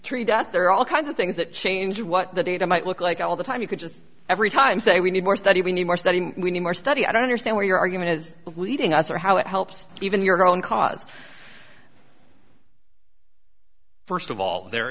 three deaths there are all kinds of things that change what the data might look like all the time you could just every time say we need more study we need more study we need more study i don't understand where your argument is weeding us or how it helps even your own cause first of all there